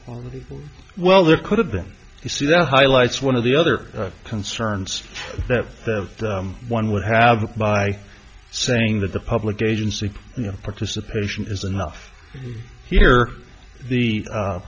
water well there could have been you see that highlights one of the other concerns that one would have by saying that the public agency you know participation is enough here the